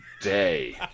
day